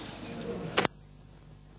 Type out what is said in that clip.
Hvala.